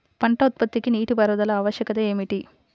పంట ఉత్పత్తికి నీటిపారుదల ఆవశ్యకత ఏమిటీ?